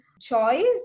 choice